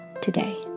today